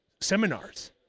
seminars